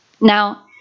Now